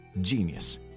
Genius